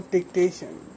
Dictation